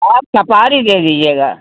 आप सफारी दे दीजिएगा